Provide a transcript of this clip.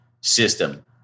system